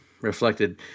reflected